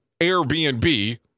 Airbnb